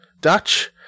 Dutch